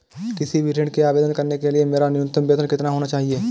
किसी भी ऋण के आवेदन करने के लिए मेरा न्यूनतम वेतन कितना होना चाहिए?